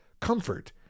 comfort